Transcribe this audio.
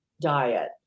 diet